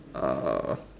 uh